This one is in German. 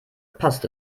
passt